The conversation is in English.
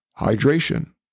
hydration